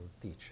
teach